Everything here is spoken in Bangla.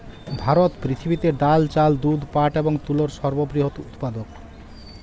ভারত পৃথিবীতে ডাল, চাল, দুধ, পাট এবং তুলোর সর্ববৃহৎ উৎপাদক